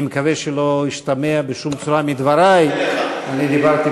אני מקווה שלא השתמע בשום צורה מדברי, לא התכוונתי